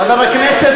חבר הכנסת